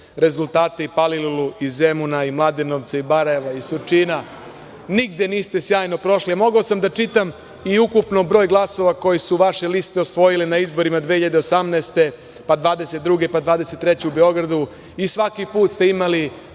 i Palilule i Zemuna i Mladenovca i Barajeva i Surčina. Nigde niste sjajno prošli. Mogao sam da čitam i ukupno broj glasova koji su vaše liste osvojile na izborima 2018, pa 2022, pa 2023. godine u Beogradu. Svaki put ste imali